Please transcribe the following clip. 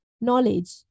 knowledge